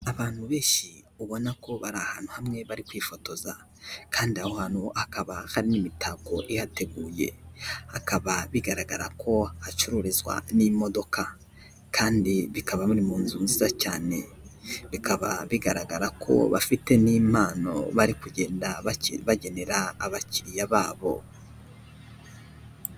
Abantu benshi ubona ko bari ahantu hamwe bari kwifotoza kandi aho hantu hakaba hari n'imitako ihateguye, hakaba bigaragara ko hacururizwa n'imodoka kandi bikaba biri mu nzu nziza cyane, bikaba bigaragara ko bafite n'impano bari kugenda bagenera abakiriya babo.